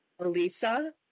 Alisa